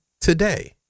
today